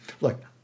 Look